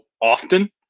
often